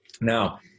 Now